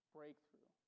Breakthrough